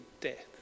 death